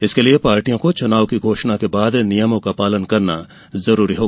इसके लिए पार्टियों के लिए चुनाव की घोषणा के बाद नियमों का पालन करना जरूरी है